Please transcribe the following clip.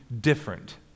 different